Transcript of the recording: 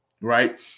Right